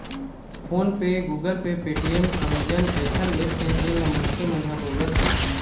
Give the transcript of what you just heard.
phone पे, Google Pay, Paytm, Amazon अइसन apps हे जेन ल मनखे मन बउरत हें